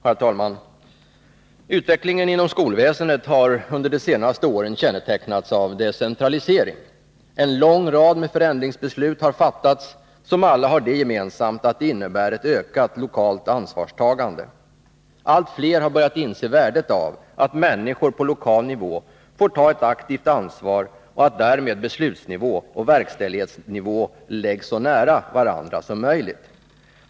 Herr talman! Utvecklingen inom skolväsendet har under de senaste åren kännetecknats av decentralisering. En lång rad förändringsbeslut har fattats, som alla har det gemensamt att de innebär ett ökat lokalt ansvarstagande. Allt fler har börjat inse värdet av att människor på lokal nivå får ta ett aktivt ansvar och att därmed beslutsnivå och verkställighetsnivå läggs så nära varandra som möjligt.